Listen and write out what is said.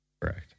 Correct